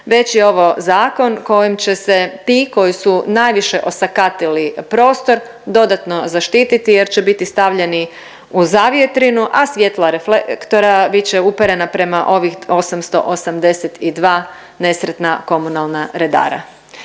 već je ovo zakon kojim će se ti koji su najviše osakatili prostor dodatno zaštititi jer će biti stavljeni u zavjetrinu, a svjetla reflektora bit će uperena prema ovih 882 nesretna komunalna redara.